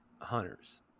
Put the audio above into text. Hunters